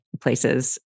places